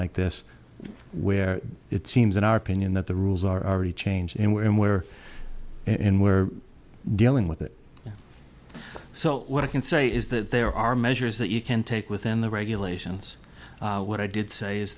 like this where it seems in our opinion that the rules are already changing and we're in we're in we're dealing with it so what i can say is that there are measures that you can take within the regulations what i did say is